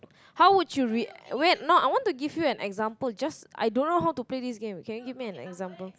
how would you re~ wait now I want to give you an example just I don't know how to play this game okay give me an example